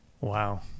Wow